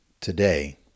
Today